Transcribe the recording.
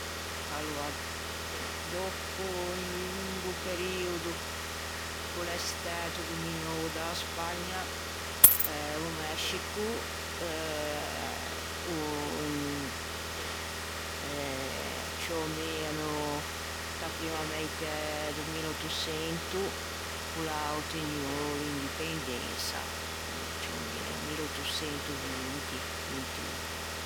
Aloa, dòppo un lungo periodo ch'o l'é stæto dominou da-a Spagna o Mescico, ciù o meno inta primma meitæ do milleuttoçento o l'à ottegnuo l'indipendensa, ciù o meno, milleuttoçentovinti, vintun.